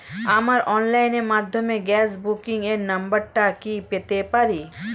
আমার অনলাইনের মাধ্যমে গ্যাস বুকিং এর নাম্বারটা কি পেতে পারি?